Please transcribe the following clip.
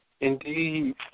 Indeed